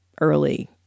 early